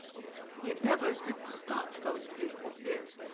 he endeavours to stop those beautiful tears,